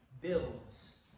builds